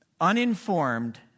uninformed